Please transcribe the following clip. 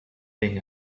being